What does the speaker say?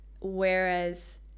Whereas